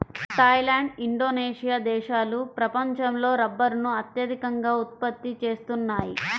Thai land, Indonesia దేశాలు ప్రపంచంలో రబ్బరును అత్యధికంగా ఉత్పత్తి చేస్తున్నాయి